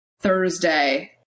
Thursday